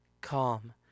calm